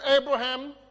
Abraham